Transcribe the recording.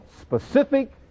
specific